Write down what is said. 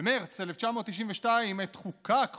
במרץ 1992, עת חוקק חוק-יסוד: